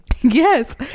Yes